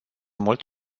mult